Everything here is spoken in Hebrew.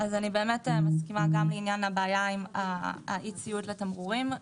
אני מסכימה גם לעניין הבעיה של האי-ציות לתמרורים.